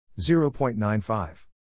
0.95